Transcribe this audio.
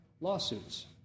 lawsuits